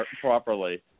properly